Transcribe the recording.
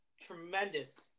tremendous